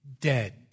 dead